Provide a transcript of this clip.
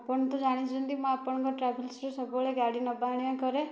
ଆପଣ ତ ଜାଣିଛନ୍ତି ମୁଁ ଆପଣଙ୍କ ଟ୍ରାଭେଲସ୍ ରେ ସବୁବେଳେ ଗାଡ଼ି ନେବା ଆଣିବା କରେ